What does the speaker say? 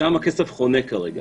הכסף חונה שם כרגע.